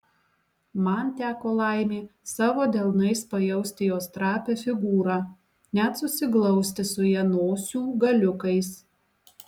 man teko laimė savo delnais pajausti jos trapią figūrą net susiglausti su ja nosių galiukais